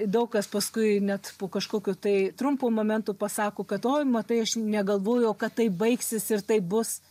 daug kas paskui net po kažkokio tai trumpo momento pasako kad oi matai aš negalvojau kad taip baigsis ir taip bus